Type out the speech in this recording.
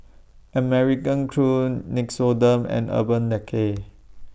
American Crew Nixoderm and Urban Decay